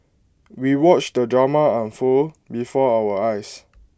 we watched the drama unfold before our eyes